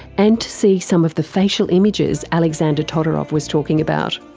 and to see some of the facial images alexander todorov was talking about.